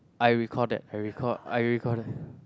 I recall that I recall I recall that